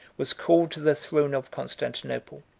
was called to the throne of constantinople.